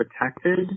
protected